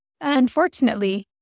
Unfortunately